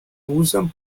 usan